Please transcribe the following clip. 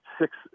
six